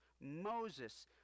Moses